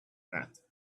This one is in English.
that